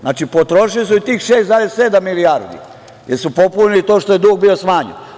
Znači, potrošili su i tih 6,7 milijardi, jer su popunili i to što dug bio smanjen.